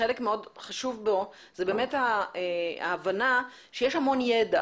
חלק מאוד חשוב בו זה באמת ההבנה שיש המון ידע